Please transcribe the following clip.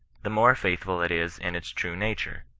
the more faithful it is in its true nature,